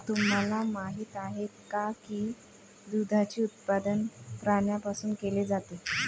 तुम्हाला माहित आहे का की दुधाचे उत्पादन प्राण्यांपासून केले जाते?